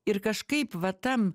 ir kažkaip va tam